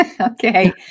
Okay